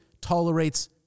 tolerates